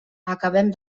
acabem